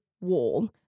wall